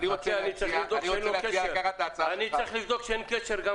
אני צריך לבדוק שאין לו קשר,